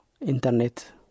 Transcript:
internet